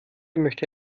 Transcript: möchte